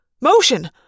Motion